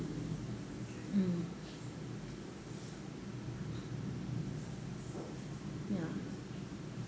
mm ya